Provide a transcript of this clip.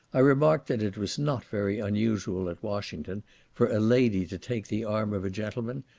i remarked that it was not very unusual at washington for a lady to take the arm of a gentleman,